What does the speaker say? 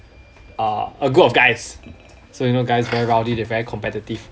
uh a group of guys so you know guys very rowdy they very competitive